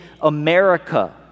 America